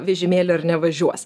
vežimėlį ar nevažiuos